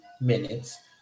minutes